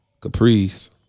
Caprice